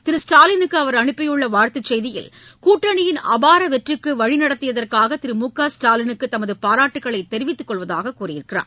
திரு ஸ்டாலினுக்கு அவர் அனுப்பியுள்ள வாழ்த்து செய்தியில் கூட்டணியின் அபார வெற்றிக்கு வழிநடத்தியதற்காக திரு மு க ஸ்டாலினுக்கு தமது பாராட்டுக்களை தெரிவித்துக் கொள்வதாகக் கூறியுள்ளார்